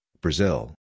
Brazil